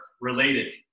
related